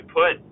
put